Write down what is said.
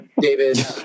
David